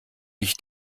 ich